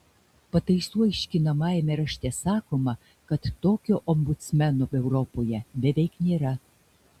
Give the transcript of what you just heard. pataisų aiškinamajame rašte sakoma kad tokio ombudsmeno europoje beveik nėra